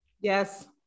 Yes